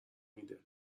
میده